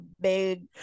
big